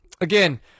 again